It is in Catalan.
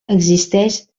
existeix